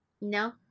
No